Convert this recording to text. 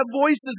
voices